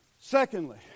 Secondly